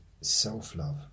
self-love